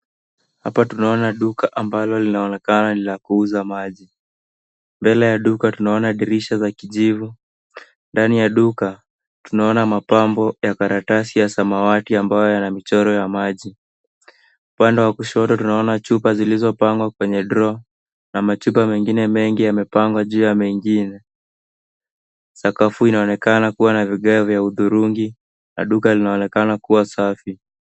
Hapa tunaona duka ambalo linaonekana ni la kuuza maji. Mbele ya duka tunaona dirisha za kijivu. Ndani ya duka, tunaona mapambo ya karatasi ya samawati ambayo yana michoro ya maji. Upande wa kushoto tunaona chupa zilizopangwa kwenye drawer na machupa mengine mengi yamepangwa juu ya mengine. Sakafu inaonekana kuwa na vigae vya hudhurungi na duka linaonekana kuwa safi.